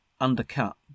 undercut